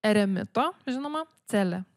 eremito žinoma celė